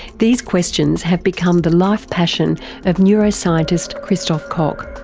these questions have become the life passion of neuroscientist christof koch.